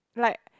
like